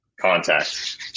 contact